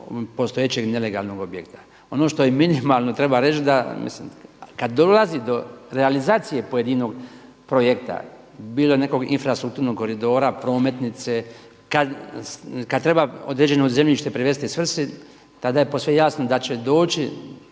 postojećeg nelegalnog objekta. Ono što minimalno treba reći da, mislim kad dolazi do realizacije pojedinog projekta, bilo nekog infrastrukturnog koridora, prometnice, kad treba određeno zemljište privesti svrsi tada je posve jasno da će doći